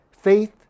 faith